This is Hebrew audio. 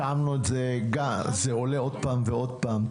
זה עולה עוד פעם ועוד פעם.